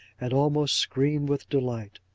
and almost screamed with delight.